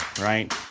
Right